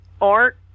art